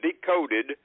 decoded